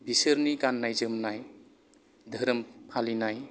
बिसोरनि गाननाय जोमनाय धोरोम फालिनाय